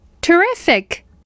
Terrific